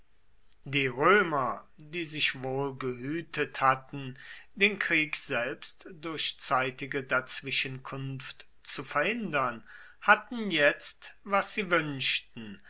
die römer die sich wohl gehütet hatten den krieg selbst durch zeitige dazwischenkunft zu verhindern hatten jetzt was sie wünschten